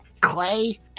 clay